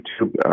YouTube